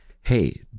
hey